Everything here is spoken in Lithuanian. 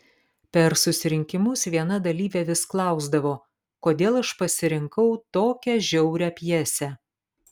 per susirinkimus viena dalyvė vis klausdavo kodėl aš pasirinkau tokią žiaurią pjesę